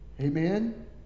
Amen